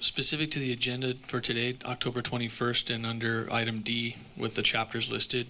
specific to the agenda for today october twenty first and under item d with the chapters listed